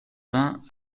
vingts